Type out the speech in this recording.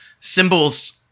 symbols